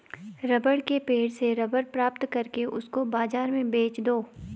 rubber के पेड़ से रबर प्राप्त करके उसको बाजार में बेच दो